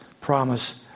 promise